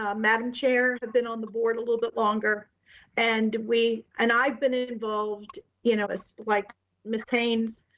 ah madam chair have been on the board a little bit longer and we, and i've been involved you know so like ms. haynes,